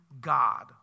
God